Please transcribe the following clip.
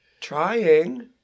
trying